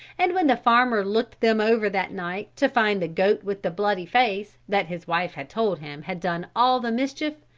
and when the farmer looked them over that night to find the goat with the bloody face, that his wife had told him had done all the mischief,